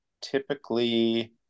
Typically